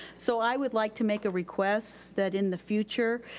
so i would like to make a request that in the future,